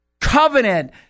covenant